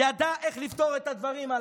ידע איך לפתור את הדברים הללו,